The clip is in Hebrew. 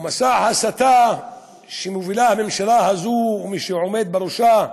ומסע ההסתה שמובילה הממשלה הזאת ומי שעומד בראשה,